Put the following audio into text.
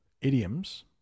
idioms